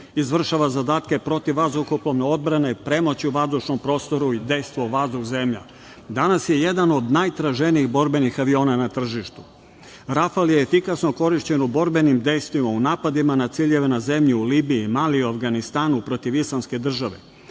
izvršava zadatke protivvazduhoplovne odbrane, premoć u vazdušnom prostoru i dejstvo vazduh-zemlja. Danas je jedan od najtraženijih borbenih aviona na tržištu. "Rafal" je efikasno korišćen u borbenim dejstvima u napadima na ciljeve na zemlji u Libiji, Maliju, Avganistanu, protiv islamske države. Kada